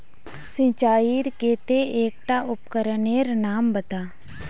सिंचाईर केते एकटा उपकरनेर नाम बता?